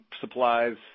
supplies